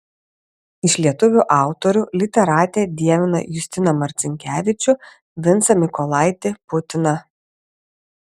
iš lietuvių autorių literatė dievina justiną marcinkevičių vincą mykolaitį putiną